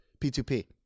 P2P